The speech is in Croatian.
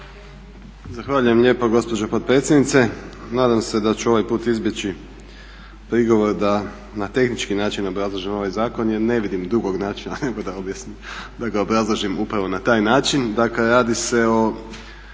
Zahvaljujem lijepo gospođo potpredsjednice. Nadam se da ću ovaj put izbjeći prigovor da na tehnički način obrazlažem ovaj zakon jer ne vidim drugog načina nego da obrazložim upravo na taj način. Dakle radi se o